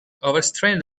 overstrained